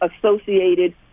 associated